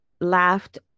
laughed